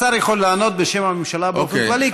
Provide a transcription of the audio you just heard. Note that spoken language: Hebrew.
השר יכול לענות בשם הממשלה באופן כללי,